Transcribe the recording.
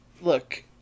Look